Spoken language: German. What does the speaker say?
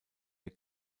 der